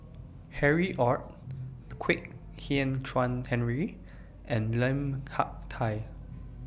Harry ORD Kwek Hian Chuan Henry and Lim Hak Tai